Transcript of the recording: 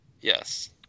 Yes